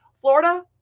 Florida